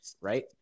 right